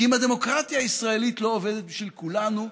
כי אם הדמוקרטיה הישראלית לא עובדת בשביל כולנו,